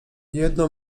jedno